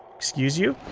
excuse you?